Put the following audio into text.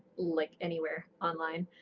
like anywhere online,